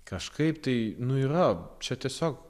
kažkaip tai nu yra čia tiesiog